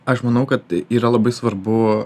aš manau kad yra labai svarbu